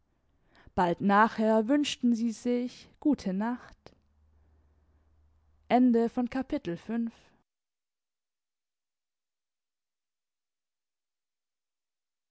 bald nachher wünschten sie sich gute nacht